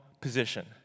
position